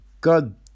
god